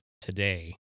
today